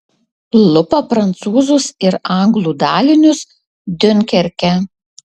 lupa prancūzus ir anglų dalinius diunkerke